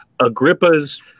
Agrippa's